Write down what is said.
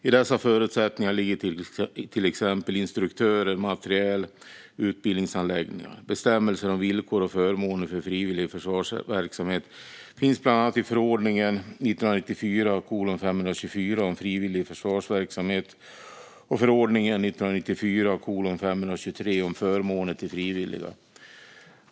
I dessa förutsättningar ligger till exempel instruktörer, materiel och utbildningsanläggningar. Bestämmelser om villkor och förmåner för frivillig försvarsverksamhet finns bland annat i förordningen om frivillig försvarsverksamhet och förordningen om förmåner till frivilliga.